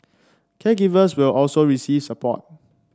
caregivers will also receive support